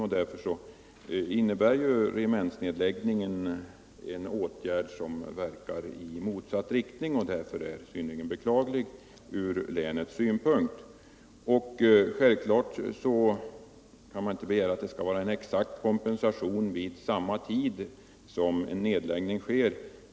Regementsnedläggningen är emellertid en åtgärd som verkar i motsatt riktning, vilket är synnerligen beklagligt från länets synpunkt. Självfallet kan man inte begära att det skall bli en exakt kompensation vid just den tidpunkt då en nedläggning äger rum.